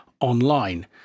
online